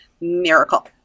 miracle